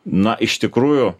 na iš tikrųjų